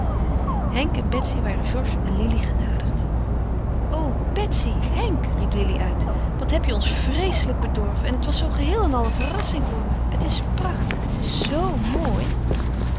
henk en betsy waren georges en lili genaderd o betsy henk riep lili uit wat hebt je ons vreeslijk bedorven en het was zoo geheel en al een verrassing voor me het is prachtig het is zoo mooi